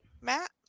Matt